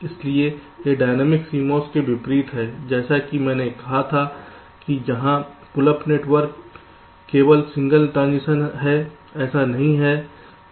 इसलिए यह dynamic CMOS के विपरीत है जैसा कि मैंने कहा था कि जहां पुल अप नेटवर्क केवल सिंगल ट्रांजीशन है ऐसा नहीं है